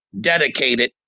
dedicated